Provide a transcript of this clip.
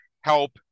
help